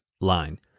line